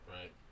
right